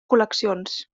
col·leccions